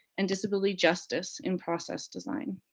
and disability justice in process design.